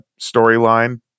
storyline